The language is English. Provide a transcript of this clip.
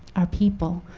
our people.